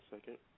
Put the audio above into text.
second